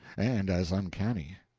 and as uncanny.